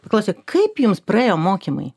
paklausė kaip jums praėjo mokymai